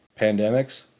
pandemics